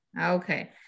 Okay